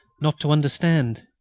not to understand.